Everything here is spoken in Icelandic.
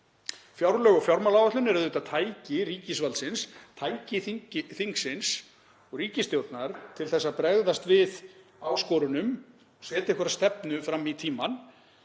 Fjárlög og fjármálaáætlun eru tæki ríkisvaldsins, tæki þings og ríkisstjórnar til að bregðast við áskorunum, setja einhverja stefnu fram í tímann.